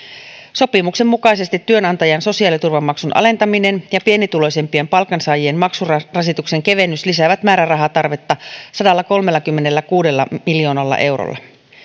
sopimuksen mukaisesti työnantajien sosiaaliturvamaksun alentaminen ja pienituloisimpien palkansaajien maksurasituksen kevennys lisäävät määrärahatarvetta sadallakolmellakymmenelläkuudella miljoonalla eurolla